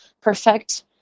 perfect